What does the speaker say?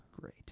Great